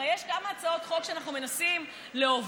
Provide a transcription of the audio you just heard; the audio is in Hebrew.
הרי יש כמה הצעות חוק שאנחנו מנסים להוביל